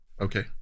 Okay